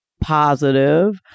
positive